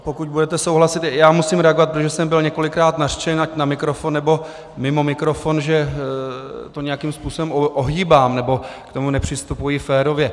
Pokud budete souhlasit, musím reagovat, protože jsem byl několikrát nařčen ať na mikrofon, nebo mimo mikrofon, že to nějakým způsobem ohýbám, nebo k tomu nepřistupuji férově.